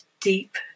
deep